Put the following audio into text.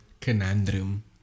conundrum